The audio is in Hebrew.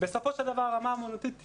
בסופו של דבר הרמה האמנותית תרד,